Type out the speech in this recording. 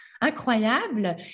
incroyable